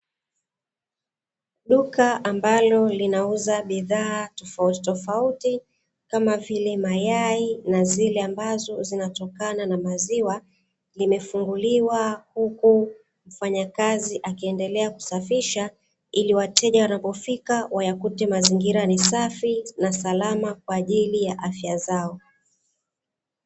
Duka ambalo linauza bidhaa tofautitofauti Kama vile: mayai, na zile ambazo zinatoka na maziwa limefunguliwa huku mfanya kazi akiendelea kusafisha, ili wateja watakapo fika wayakute mazigira ni safi na salama kwa afya zao.